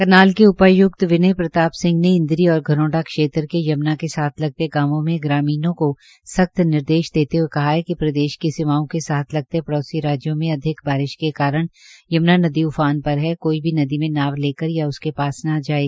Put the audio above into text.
करनाल के उपायुक्त विनय प्रताप सिंह ने इन्द्री और धरौंडा क्षेत्र के यम्ना के साथ लगते गांवों में ग्रामीणों को सख्त निर्देश देते हये कहा है कि प्रदेश की सीमाओं के साथ लगते पड़ोसी राज्यों में अधिक बारिश के कारण यम्ना नद्री उफान पर है कोई भी नदी में नाव लेकर या तट के पास न जाये